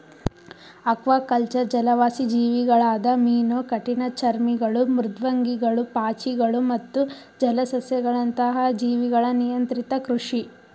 aquaculture ಜಲವಾಸಿ ಜೀವಿಗಳಾದ ಮೀನು ಕಠಿಣಚರ್ಮಿಗಳು ಮೃದ್ವಂಗಿಗಳು ಪಾಚಿಗಳು ಮತ್ತು ಜಲಸಸ್ಯಗಳಂತಹ ಜೀವಿಗಳ ನಿಯಂತ್ರಿತ ಕೃಷಿ